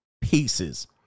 pieces